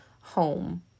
home